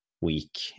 week